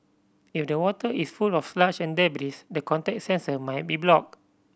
if the water is full of sludge and debris the contact sensor might be blocked